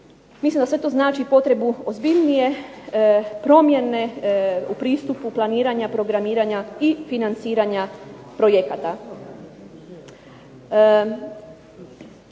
Mislim da to sve znači potrebu ozbiljnije promjene u pristupu planiranja, programiranja i financiranja projekata.